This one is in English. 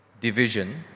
division